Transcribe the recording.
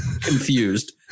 confused